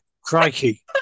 Crikey